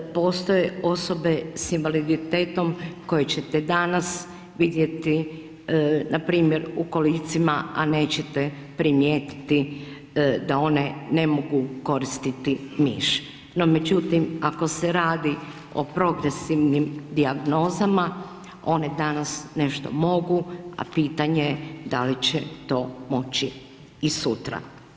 Postoje osobe sa invaliditetom koje ćete danas vidjeti npr. u kolicima a nećete primijetiti da one ne mogu koristiti miš, no međutim ako se radi o progresivnim dijagnozama one danas nešto mogu a pitanje da li će to moći i sutra.